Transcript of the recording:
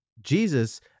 Jesus